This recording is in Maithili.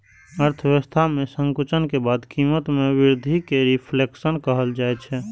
अर्थव्यवस्था मे संकुचन के बाद कीमत मे वृद्धि कें रिफ्लेशन कहल जाइ छै